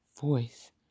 voice